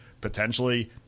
potentially